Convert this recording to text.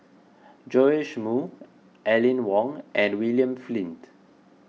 Joash Moo Aline Wong and William Flint